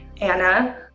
Anna